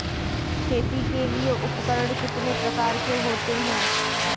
खेती के लिए उपकरण कितने प्रकार के होते हैं?